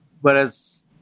Whereas